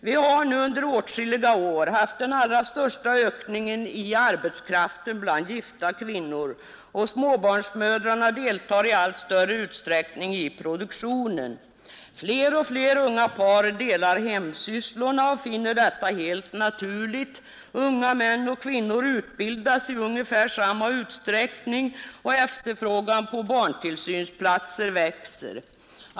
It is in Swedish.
Man har nu under åtskilliga år haft den allra största ökningen i arbetskraften bland gifta kvinnor, och småbarnsmödrarna deltar i allt större utsträckning i produktionen. Fler och fler unga par delar hemsysslorna och finner detta helt naturligt. Unga män och kvinnor utbildas i ungefär samma utsträckning, och efterfrågan på barntillsynsplatser växer.